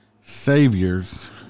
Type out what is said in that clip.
saviors